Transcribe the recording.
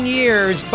years